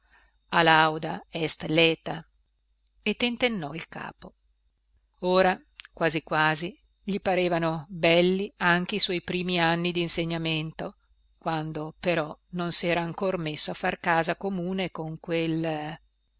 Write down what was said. insegnava più alauda est laeta e tentennò il capo ora quasi quasi gli parevano belli anche i suoi primi anni dinsegnamento quando però non sera ancor messo a far casa comune con quel